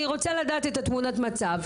אני רוצה לדעת את תמונת המצב.